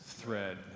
thread